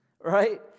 right